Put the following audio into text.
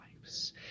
lives